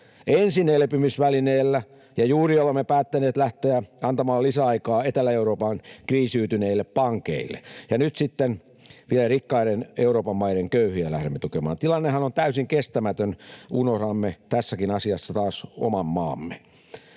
ensin elpymisvälineellä — juuri olemme päättäneet lähteä antamaan lisäaikaa Etelä-Euroopan kriisiytyneille pankeille — ja nyt sitten vielä rikkaiden Euroopan maiden köyhiä lähdemme tukemaan. Tilannehan on täysin kestämätön. Unohdamme tässäkin asiassa taas oman maamme.